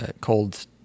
cold